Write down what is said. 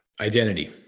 identity